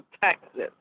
Texas